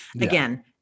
Again